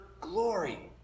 Glory